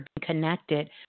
connected